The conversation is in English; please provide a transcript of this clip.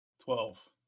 Twelve